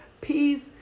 peace